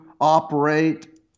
operate